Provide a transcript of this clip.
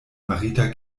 marita